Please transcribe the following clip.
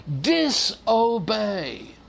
disobey